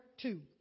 two